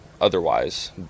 otherwise